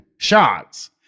Shots